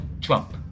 Trump